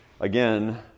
again